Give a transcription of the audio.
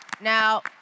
Now